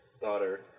daughter